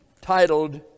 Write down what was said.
titled